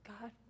god